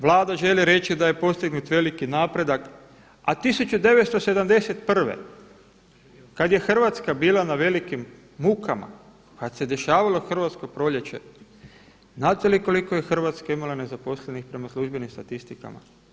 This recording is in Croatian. Vlada želi reći da je postignut veliki napredak, a 1971. kada je Hrvatska bila na velikim mukama, kada se dešavalo Hrvatsko proljeće znate li koliko je Hrvatska imala nezaposlenih prema službenim statistikama?